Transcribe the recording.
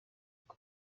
uko